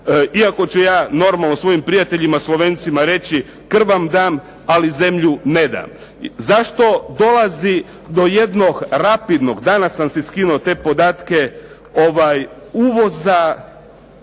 Iako ću ja normalno svojim prijateljima Slovencima reći krv vam dam ali zemlju ne dam. Zašto dolazi do jednog rapidnog, danas sam si skinuo te podatke, uvoza